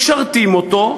משרתים אותו,